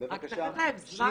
אני